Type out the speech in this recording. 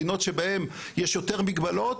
מדינות שבהן יש יותר מגבלות,